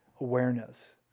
awareness